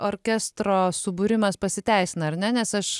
orkestro subūrimas pasiteisina ar ne nes aš